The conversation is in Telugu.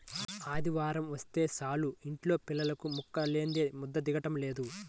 ఆదివారమొస్తే చాలు యింట్లో పిల్లలకు ముక్కలేందే ముద్ద దిగటం లేదు